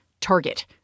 target